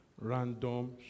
Random